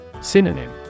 Synonym